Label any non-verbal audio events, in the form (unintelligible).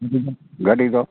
(unintelligible) ᱜᱟᱹᱰᱤ ᱫᱚ